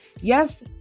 yes